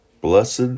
Blessed